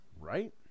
Right